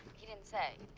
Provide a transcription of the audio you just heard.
he didn't say.